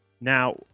Now